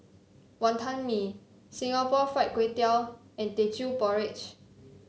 Wonton Mee Singapore Fried Kway Tiao and Teochew Porridge